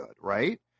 right